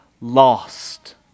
lost